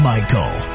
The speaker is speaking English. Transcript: Michael